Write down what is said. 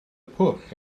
pwll